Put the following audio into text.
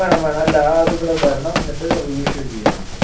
വേണം വേണം അല്ല അത് ഇവിടെ വരണം എന്നിട്ട് റിഇഷ്യു ചെയ്യാനുണ്ട്